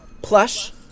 Plush